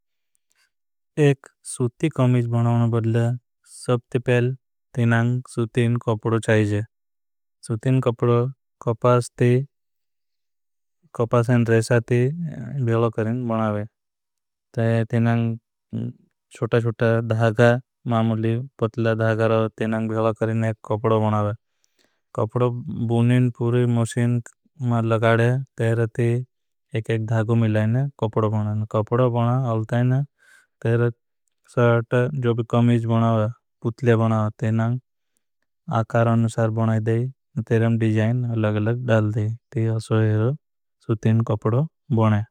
सूती कमिज बनाओना बदले सब तों पहिल सूतीन कपड़ो। चाहिजे कपड़ो कपास ती कपास और रेसा ती भीलो करें। बनाओगे तीनां शुटा शुटा धागा मामुली पतला धागारो। तीनां भीलो करें एक कपड़ो बनाओगे। बुनें पूरे मॉशीन में लगारे तेरे ती एक एक धागो मिलें कपड़ो। बनाओगे बना अलतें तेरे सौट कमिज बनाओगे पुतले बनाओगे। तेनां आकार अनुसार बनाओगे तेरें डिजाइन लग लग डाल दें। असों है जो सूती नो कपड़ों बाणों।